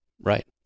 Right